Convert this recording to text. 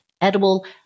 edible